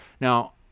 Now